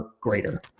greater